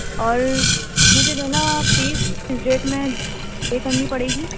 اور مجھے جو نا فیس کس ڈیٹ میں پے کرنی پڑے گی